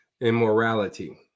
immorality